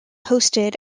hosted